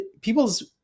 people's